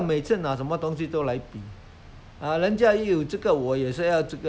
想法这种心态他们以后就可能不会说